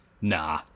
nah